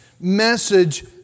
message